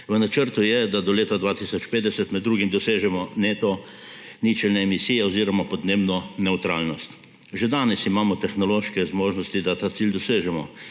V načrtu je, da do leta 2050 med drugim dosežemo neto ničelne emisije oziroma podnebno nevtralnost. Že danes imamo tehnološke zmožnosti, da ta cilj dosežemo.